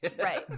Right